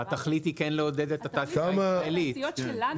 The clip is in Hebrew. והתכלית היא כן לעודד את התעשייה הישראלית.